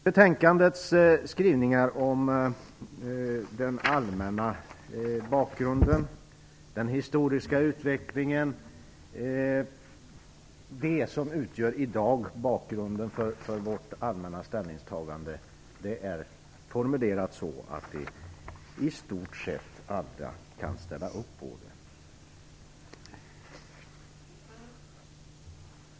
Betänkandets skrivningar om den allmänna bakgrunden och den historiska utvecklingen - kort sagt det som i dag utgör bakgrunden till vårt allmänna ställningstagande - är formulerat på ett sådant sätt att i stort sett alla kan ställa upp på det.